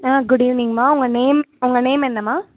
ஆ good ஈவ்னிங்மா உங்கள் name உங்கள் நேம் என்னம்மா